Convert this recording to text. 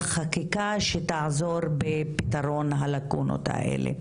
חקיקה שתעזור בפתרון הלקונות האלה.